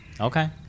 Okay